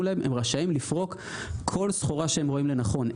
להם הם רשאים לפרוק כל סחורה שהם רואים לנכון.